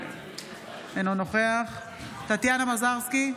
אינו נוכח טטיאנה מזרסקי,